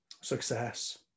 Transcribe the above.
success